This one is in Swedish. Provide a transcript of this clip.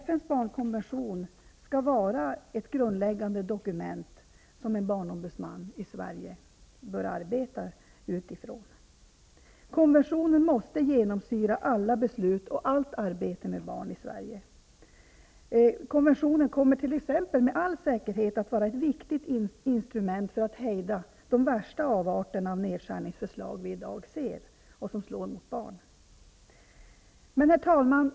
FN:s barnkonvention skall vara ett grundläggande dokument som en barnombudsman i Sverige bör arbeta utifrån. Konventionen måste genomsyra alla beslut och allt arbete med barn i Sverige. Konventionen kommer t.ex. med all säkerhet att vara ett viktigt instrument för att hejda de värsta avarterna av nedskärningsförslag vi i dag ser, och som slår mot barn. Herr talman!